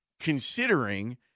considering